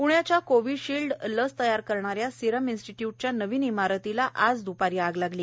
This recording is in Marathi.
आग प्ण्याच्या कोविड शिल्ड लस तयार करणाऱ्या सिरम इन्स्टीट्यूटच्या नवीन इमारतीला आज द्पारी आग लागली